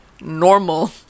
normal